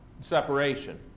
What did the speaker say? separation